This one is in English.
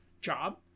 job